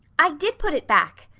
i did put it back,